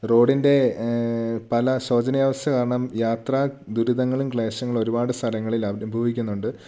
റോഡിൻ്റെ പല ശോചനീയാവസ്ഥ കാരണം യാത്രാ ദുരിതങ്ങളും ക്ളേശങ്ങളൊരുപാട് സ്ഥലങ്ങളിലനുഭവിക്കുന്നുണ്ട്